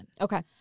Okay